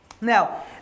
Now